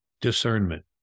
discernment